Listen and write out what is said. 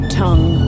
tongue